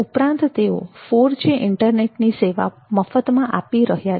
ઉપરાંત તેઓ ફોરજી ઈન્ટરનેટની સેવા મફતમાં આપી રહ્યા છે